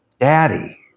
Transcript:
Daddy